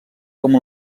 com